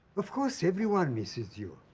of course, everyone misses you.